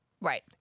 Right